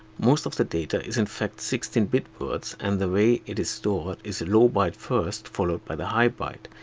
most of the data is in fact sixteen bit words and the way it is stored is low-byte first, followed by the high-byte.